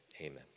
Amen